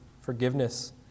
forgiveness